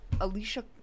Alicia